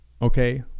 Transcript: Okay